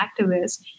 activists